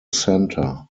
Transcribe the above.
center